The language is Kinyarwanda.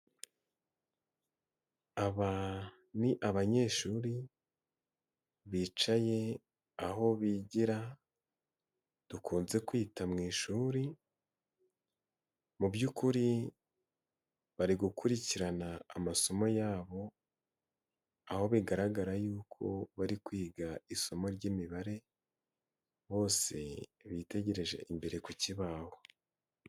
Aba ni abanyeshuri bicaye aho bigira, dukunze kwita mu ishuri mu by'ukuri bari gukurikirana amasomo yabo, aho bigaragara yuko bari kwiga isomo ry'imibare, bose bitegereje imbere ku kibaho.